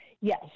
Yes